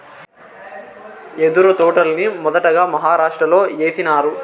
యెదురు తోటల్ని మొదటగా మహారాష్ట్రలో ఏసినారు